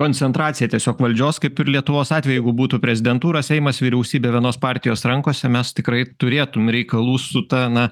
koncentracija tiesiog valdžios kaip ir lietuvos atveju jeigu būtų prezidentūra seimas vyriausybė vienos partijos rankose mes tikrai turėtum reikalų su ta na